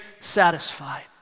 satisfied